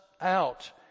out